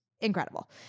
incredible